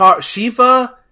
Shiva